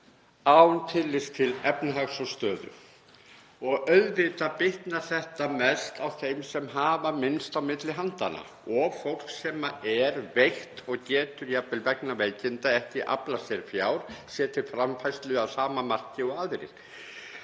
án tillits til efnahags og stöðu. Og auðvitað bitnar þetta mest á þeim sem hafa minnst á milli handanna og fólk sem er veikt og getur jafnvel vegna veikinda ekki aflað sér fjár sér til framfærslu að sama marki og aðrir.